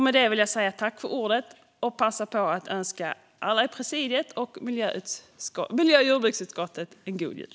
Med det vill jag säga tack för ordet och passa på att önska alla i presidiet och miljö och jordbruksutskottet en god jul.